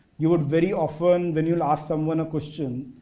you would very often when you'll ask someone a question,